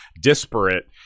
disparate